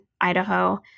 Idaho